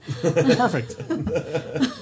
perfect